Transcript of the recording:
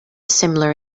similar